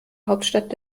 hauptstadt